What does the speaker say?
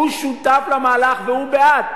שותף למהלך והוא בעד.